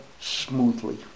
smoothly